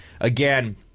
again